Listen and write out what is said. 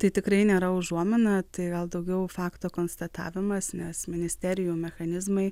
tai tikrai nėra užuomina tai gal daugiau fakto konstatavimas nes ministerijų mechanizmai